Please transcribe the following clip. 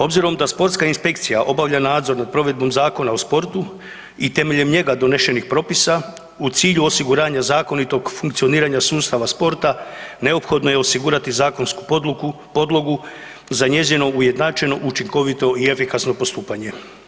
Obzirom da sportska inspekcija obavlja nadzor nad provedbom Zakona o sportu i temeljem njega donesenih propisa u cilju osiguranja zakonitog funkcioniranja sustava sporta neophodno je osigurati zakonsku podlogu za njezino ujednačeno učinkovito i efikasno postupanje.